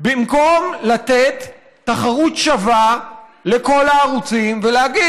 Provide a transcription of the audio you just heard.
במקום לתת תחרות שווה לכל הערוצים ולהגיד: